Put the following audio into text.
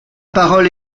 parole